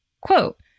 quote